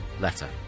letter